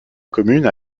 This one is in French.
commune